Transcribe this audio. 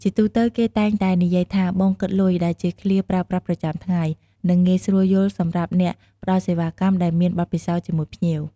ជាទូទៅគេតែងនិយាយថា "បងគិតលុយ" ដែលជាឃ្លាប្រើប្រាស់ប្រចាំថ្ងៃ និងងាយស្រួលយល់សម្រាប់អ្នកផ្ដល់សេវាកម្មដែលមានបទពិសោធន៍ជាមួយភ្ញៀវ។